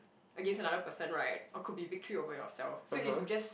against another person right or could be victory over yourself so if you just